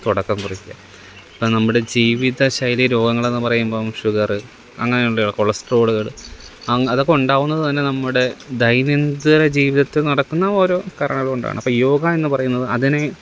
തുടക്കം കുറിക്കുക അപ്പം നമ്മുടെ ജീവിതശൈലി രോഗങ്ങളെന്ന് പറയുമ്പം ഷുഗറ് അങ്ങനെയുള്ള കൊളസ്ട്രോളുകൾ അങ് അതൊക്കെ ഉണ്ടാകുന്നത് തന്നെ നമ്മുടെ ദൈനംദിന ജീവിതത്തിൽ നടക്കുന്ന ഓരോ കാരണങ്ങൾ കൊണ്ടാണ് അപ്പം യോഗയെന്ന് പറയുന്നത് അതിനെ